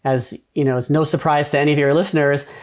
as you know as no surprise to any of your listeners,